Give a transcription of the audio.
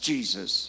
Jesus